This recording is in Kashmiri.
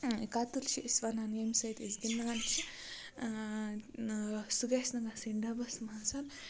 قطرٕ چھِ أسۍ وَنان ییٚمہِ سۭتۍ أسۍ گِنٛدان چھِ سُہ گژھِ نہٕ گژھٕنۍ ڈَبَس منٛز